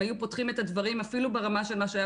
אם היו פותחים את הדברים אפילו ברמה של מה שהיה